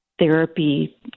Therapy